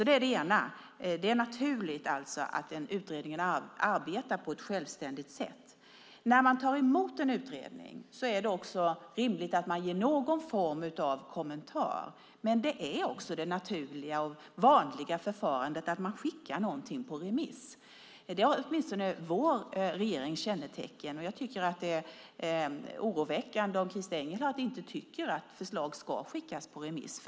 Det är alltså naturligt att en utredning arbetar på ett självständigt sätt. När man tar emot en utredning är det också rimligt att man ger någon form av kommentar, men det naturliga och vanliga förfarandet är också att man skickar ut något på remiss. Det är åtminstone ett kännetecken för vår regering, och jag tycker att det är oroväckande om Christer Engelhardt inte tycker att förslag ska skickas på remiss.